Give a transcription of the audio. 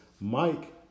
Mike